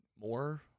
more